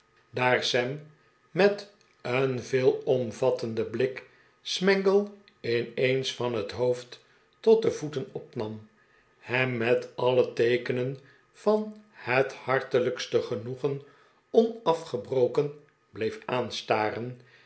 daar sam met een veelomvattenden blik smangle in eens van het hoofd tot de voeten opnam hem met alle teekenen van het hartelijkste genoegen onafgebroken bleef aanstaren